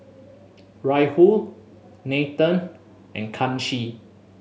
Rahul Nathan and Kanshi